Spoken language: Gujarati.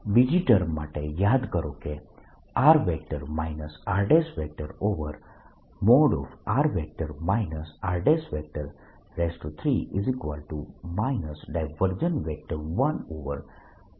બીજી ટર્મ માટે યાદ કરો કે r rr r3 1|r r| હતું